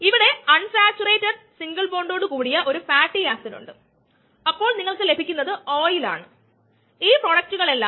k1EtSk2k3ESk1ESS k1EtSk2k3k1SES k1EtSk2k3k1SES ന്യൂമറേറ്ററിനെയും ഡിനോമിനേറ്ററിനെയും k 1 കൊണ്ട് ഹരിച്ചാൽ k 1 ഇവിടെ നിന്ന് ഇല്ലാതാവുന്നു എന്ന് നമുക്ക് മനസിലാകും